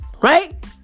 Right